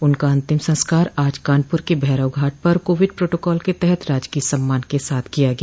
उनका अंतिम संस्कार आज कानपूर के भैरव घाट पर कोविड प्रोटाकॉल के तहत राजकीय सम्मान के साथ किया गया